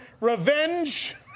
Revenge